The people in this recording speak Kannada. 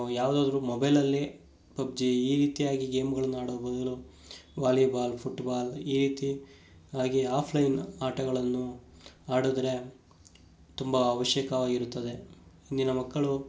ಯಾವುದಾದರೂ ಮೊಬೈಲಲ್ಲಿ ಪಬ್ಜಿ ಈ ರೀತಿಯಾಗಿ ಗೇಮ್ಗಳನ್ನು ಆಡುವ ಬದಲು ವಾಲಿಬಾಲ್ ಫುಟ್ಬಾಲ್ ಈ ರೀತಿ ಹಾಗೆ ಆಫ್ಲೈನ್ ಆಟಗಳನ್ನು ಆಡಿದ್ರೆ ತುಂಬ ಅವಶ್ಯಕವಾಗಿರುತ್ತದೆ ಇಂದಿನ ಮಕ್ಕಳು